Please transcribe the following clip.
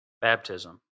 baptism